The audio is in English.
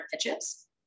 pitches